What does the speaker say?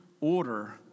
order